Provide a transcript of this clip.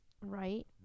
right